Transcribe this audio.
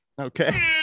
Okay